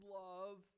love